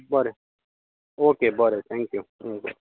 बरें ओके बरें थँक्यू